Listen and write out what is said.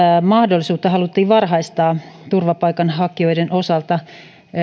mahdollisuutta haluttiin varhaistaa turvapaikanhakijoiden osalta